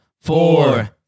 four